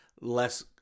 less